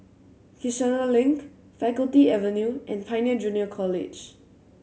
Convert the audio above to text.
Kiichener Link Faculty Avenue and Pioneer Junior College